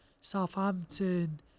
Southampton